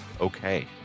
okay